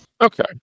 okay